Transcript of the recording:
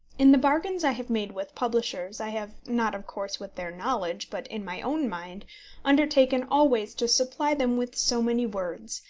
in the bargains i have made with publishers i have not, of course, with their knowledge, but in my own mind undertaken always to supply them with so many words,